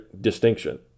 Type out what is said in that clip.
distinction